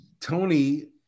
Tony